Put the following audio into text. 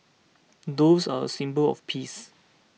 doves are a symbol of peace